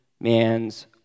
man's